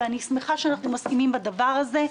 ואני שמחה שאנחנו מסכימים בעניין הזה.